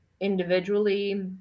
individually